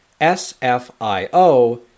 SFIO